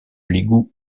l’égout